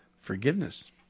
Forgiveness